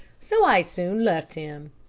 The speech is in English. so i soon left him.